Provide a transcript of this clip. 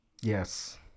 Yes